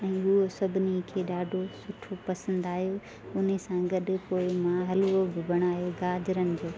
ऐं उहो सभिनी खे ॾाढो सुठो पसंदि आयो उन्हीअ सां गॾु कोइ मां हलुओ बि बणायो गाजरुनि जो